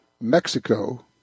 Mexico